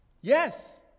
Yes